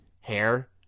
hair